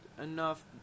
enough